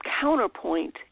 counterpoint